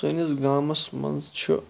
سٲنِس گامَس منٛز چھُ